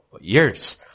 years